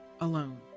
alone